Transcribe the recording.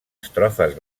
estrofes